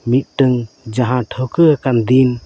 ᱢᱤᱫᱴᱟᱹᱝ ᱡᱟᱦᱟᱸ ᱴᱷᱟᱹᱣᱠᱟᱹ ᱦᱟᱠᱟᱱ ᱫᱤᱱ